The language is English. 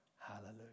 Hallelujah